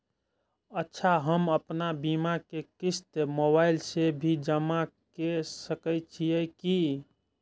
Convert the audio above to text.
अच्छा हम आपन बीमा के क़िस्त मोबाइल से भी जमा के सकै छीयै की?